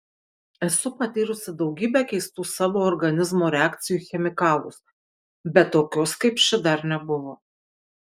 esu patyrusi daugybę keistų savo organizmo reakcijų į chemikalus bet tokios kaip ši dar nebuvo